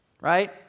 right